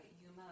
Yuma